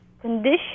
condition